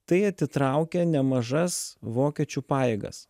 tai atitraukė nemažas vokiečių pajėgas